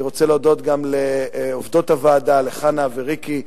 אני רוצה להודות גם לעובדות הוועדה, חנה וריקי,